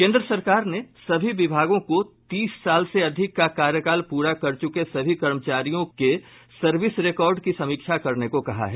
केन्द्र सरकार ने सभी विभागों को तीस साल से अधिक का कार्यकाल प्रा कर चुके सभी कर्मचारियों के सर्विस रिकॉर्ड की समीक्षा करने को कहा है